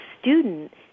student